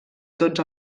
tots